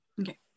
Okay